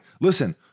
listen